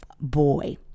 boy